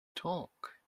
talk